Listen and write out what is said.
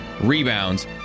rebounds